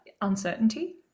uncertainty